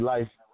Life